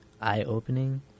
eye-opening